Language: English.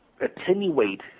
attenuate